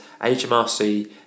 HMRC